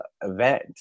event